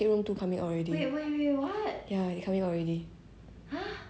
you know they they didn't really okay they escape [what] 他们出去了 [what] but then like after that